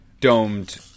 domed